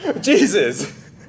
Jesus